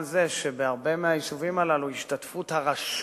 זה שבהרבה מהיישובים הללו השתתפות הרשות